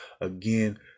Again